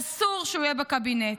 אסור שהוא יהיה בקבינט,